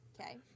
Okay